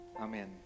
Amen